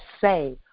say